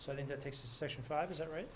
so i think that takes section five is that right